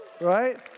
Right